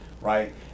right